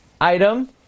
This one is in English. item